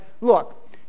look